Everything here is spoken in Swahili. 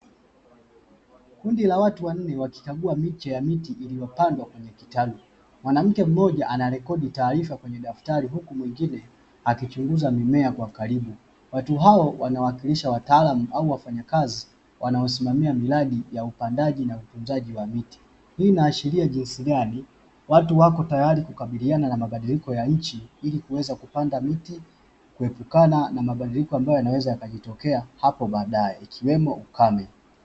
Kundi la watu wanne wakichagua miche ya miti iliyopandwa kwenye kitalu. Mwanamke mmoja anarekodi taarifa kwenye daftari huku mwingine akichunguza mimea kwa karibu. Watu hawa wanawakilisha wataalam au wafanyakazi wanaosimamia miradi ya upandaji na ukuzaji wa miti. Hii inaashiria jinsi gani watu wako tayari kukabiliana na mabadiliko ya nchi ili kuweza kupanda miti na kuepukana na mabadiliko ambayo yanaweza yakajitokeza hapo baadaye, ikiwemo ukame.